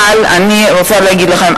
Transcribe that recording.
אבל אני רוצה להגיד לכם,